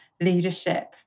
leadership